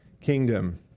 kingdom